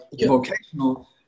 vocational –